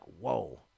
whoa